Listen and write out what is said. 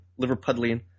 Liverpudlian